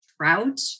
trout